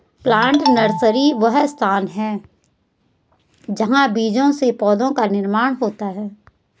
plant nursery वह स्थान है जहां बीजों से पौधों का निर्माण होता है